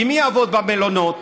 כי מי יעבוד במלונות?